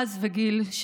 רז וגיל,